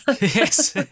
Yes